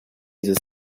the